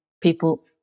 people